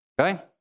Okay